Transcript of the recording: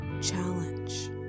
challenge